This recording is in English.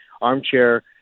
armchair